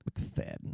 McFadden